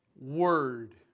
word